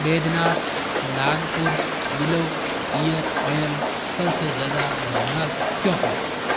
Baidyanath Nagpur Bilva ear oil कल से ज़्यादा महँगा क्यों है